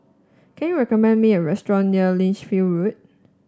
can you recommend me a restaurant near Lichfield Road